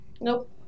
Nope